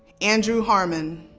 andrew harmon.